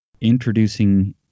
introducing